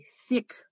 thick